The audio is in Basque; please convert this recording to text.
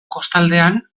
kostaldean